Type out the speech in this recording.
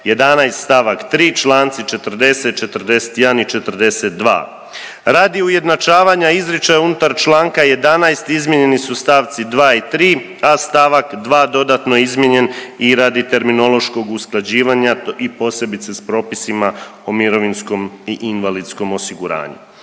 11. st. 3., članci 40., 41. i 42. radi ujednačavanja izričaja unutar članka 11. izmijenjeni su stavci 2. i 3., a stavak 2. dodatno je izmijenjen i radi terminološkog usklađivanja i posebice s propisima o mirovinskom i invalidskom osiguranju.